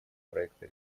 проекта